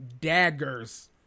daggers